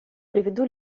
приведу